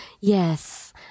Yes